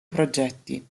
progetti